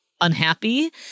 unhappy